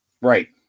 right